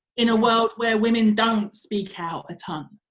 in a world where women don't speak out a ton.